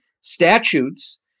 statutes